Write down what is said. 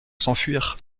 s’enfuir